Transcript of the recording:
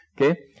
Okay